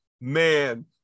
man